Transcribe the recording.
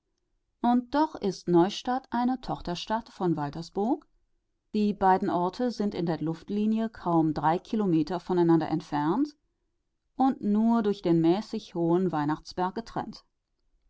und doch ist neustadt eine tochterstadt von waltersburg die beiden orte sind in der luftlinie kaum drei kilometer voneinander entfernt und nur durch den mäßig hohen weihnachtsberg getrennt